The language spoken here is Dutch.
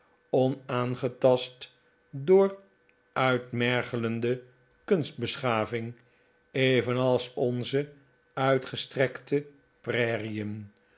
onaangetast door uitmergelende kunstbeschaving evenals onze uitgestrekte prairien